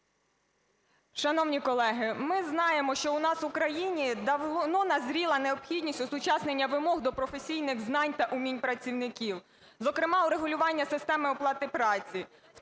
Шановні колеги, ми знаємо, що у нас у країні давно назріла необхідність осучаснення вимог до професійних знань та вмінь працівників. Зокрема, врегулювання системи оплати праці,